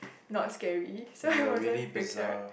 not scary so I wasn't freaked out